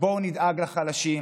בואו נדאג לחלשים.